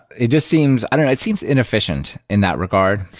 it just seems i don't know. it seems inefficient in that regard.